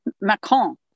Macron